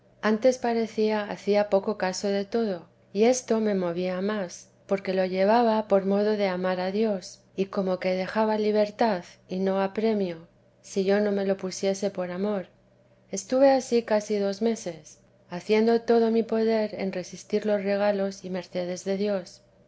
antes parecía hacía poco caso de todo y esto me movía más porque lo llevaba por modo de amar a dios y como que dejaba libertad y no apremio si yo no me lo pusiese por amor estuve ansí casi dos meses haciendo todo mi poder en resistir los regalos y mercedes de dios